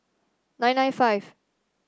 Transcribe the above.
nine nine five